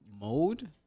Mode